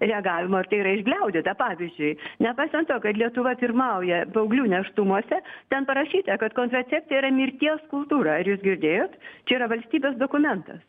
reagavimo ar tai yra išgliaudyta pavyzdžiui nepaisant to kad lietuva pirmauja paauglių nėštumuose ten parašyta kad kontracepcija yra mirties kultūra ar jūs girdėjot čia yra valstybės dokumentas